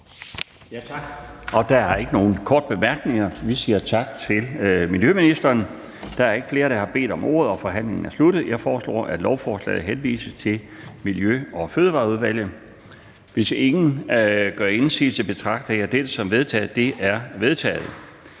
Tak. Der er ikke nogen korte bemærkninger, så vi siger tak til miljøministeren. Der er ikke flere, der har bedt om ordet, og forhandlingen er sluttet. Jeg foreslår, at lovforslaget henvises til Miljø- og Fødevareudvalget. Hvis ingen gør indsigelse, betragter jeg dette som vedtaget. Det er vedtaget.